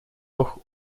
toch